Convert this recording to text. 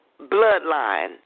bloodline